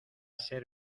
ser